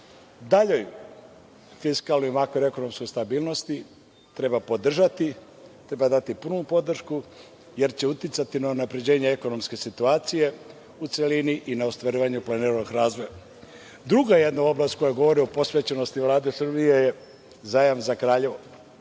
daljoj fiskalnoj i makroekonomskoj stabilnosti treba podržati, treba dati punu podršku, jer će uticati na unapređenje ekonomske situacije u celini i na ostvarivanje planiranog razvoja. Druga oblast koja govori o posvećenosti Vlade Srbije je zajam za Kraljevo,